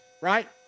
Right